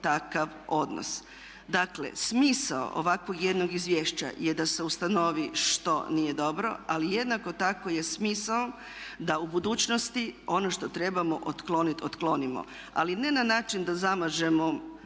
takav odnos. Dakle smisao ovakvog jednog izvješća je da se ustanovi što nije dobro ali jednako tako je smisao da u budućnosti ono što trebamo otkloniti otklonimo. Ali ne na način da zamažemo